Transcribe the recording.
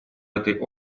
этой